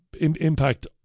impact